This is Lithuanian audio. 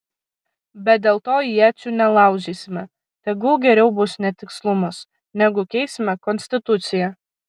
bet dėl to iečių nelaužysime tegul geriau bus netikslumas negu keisime konstituciją